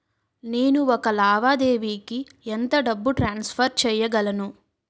నేను ఒక లావాదేవీకి ఎంత డబ్బు ట్రాన్సఫర్ చేయగలను?